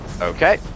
okay